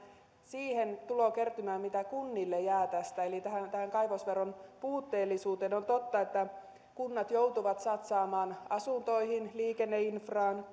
siihen tulokertymään mitä kunnille jää tästä eli tähän tähän kaivosveron puutteellisuuteen on totta että kunnat joutuvat satsaamaan asuntoihin liikenneinfraan